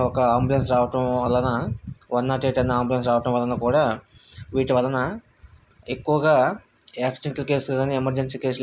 తీరా నేను ఆ ప్రోడక్ట్ ఆర్డర్ చేశాక అది ఇంటికి డెలివరీ అయ్యాక ఆ కత్తిని చూసిన వెంటనే నాకెందుకో చాలా డెలికేట్గా ఉందేమో అనిపించింది